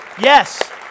Yes